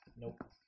Nope